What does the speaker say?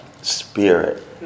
spirit